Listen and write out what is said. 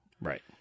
Right